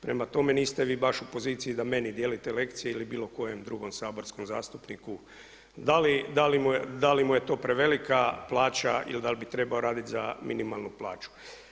Prema tome, niste vi baš u poziciji da meni dijelite lekcije ili bilo kojem drugom saborskom zastupniku da li mu je to prevelika plaća ili da li bi trebao raditi za minimalnu plaću.